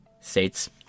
States